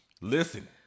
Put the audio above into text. Listen